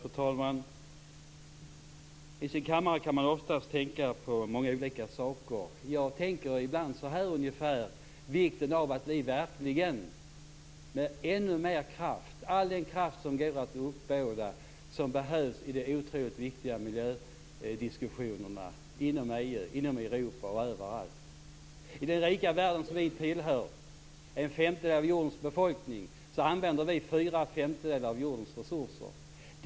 Fru talman! På sin kammare tänker man ofta på många olika saker. Jag tänker ibland på vikten av att vi verkligen lägger ännu mer kraft - all den kraft som går att uppbåda - på den otroligt viktiga miljödiskussionen inom EU, Europa och överallt. I den rika världen, som vi tillhör - en femtedel av jordens befolkning - använder vi fyra femtedelar av jordens resurser.